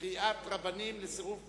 קריאת רבנים לסירוב פקודה.